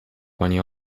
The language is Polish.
pani